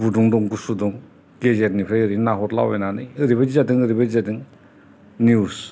गुदुं दं गुसु दं गेजेरनिफ्राय ओरैनो नाहरला बायनानै एरैबादि जादों एरैबादि जादों निउस